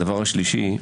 דבר שלישי,